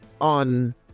on